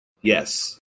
Yes